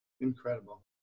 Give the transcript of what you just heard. Incredible